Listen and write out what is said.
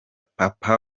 papa